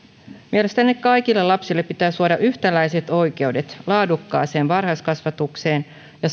mielestäni kaikille lapsille pitää suoda yhtäläiset oikeudet laadukkaaseen varhaiskasvatukseen ja